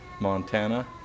Montana